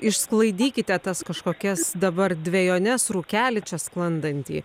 išsklaidykite tas kažkokias dabar dvejones rūkelį čia sklandantį